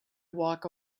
walk